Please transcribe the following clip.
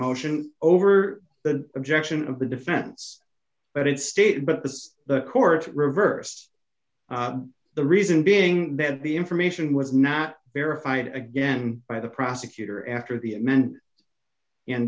motion over the objection of the defense but it stayed but as the court reversed the reason being that the information was not verified again by the prosecutor after the men